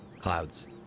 clouds